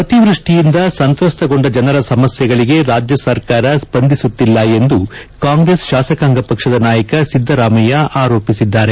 ಅತಿವೃಷ್ಠಿಯಿಂದ ಸಂತ್ರಸ್ತಗೊಂಡ ಜನರ ಸಮಸ್ಯೆಗಳಿಗೆ ರಾಜ್ಯ ಸರ್ಕಾರ ಸ್ಪಂದಿಸುತ್ತಿಲ್ಲ ಎಂದು ಕಾಂಗ್ರೆಸ್ ಶಾಸಕಾಂಗ ಪಕ್ಷದ ನಾಯಕ ಸಿದ್ದರಾಮಯ್ಯ ಆರೋಪಿಸಿದ್ದಾರೆ